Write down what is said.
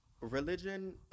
religion